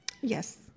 Yes